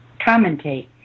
commentate